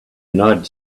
united